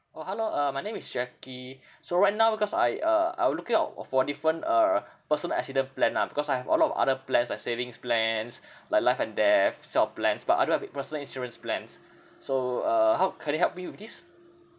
orh hello uh my name is jackie so right now because I uh I will looking out uh for different uh personal accident plan lah because I have a lot of other plans like savings plans like life and death sort of plans but I don't have personal insurance plans so uh how can you help me with this